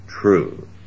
true